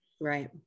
right